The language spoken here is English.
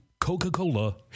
Coca-Cola